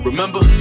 Remember